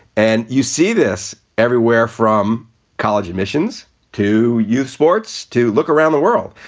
and you see this everywhere, from college admissions to youth sports to look around the world.